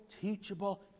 teachable